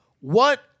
what-